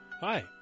Hi